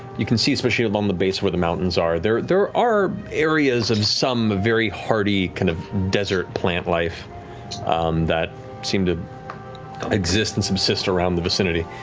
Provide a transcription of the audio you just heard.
you can see especially along the base where the mountains are, there there are areas of some very hardy, kind of desert plant life that seem to exist and subsist around the vicinity.